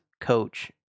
coach